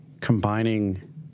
combining